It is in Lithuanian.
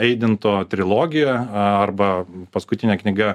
eidinto trilogija arba paskutinė knyga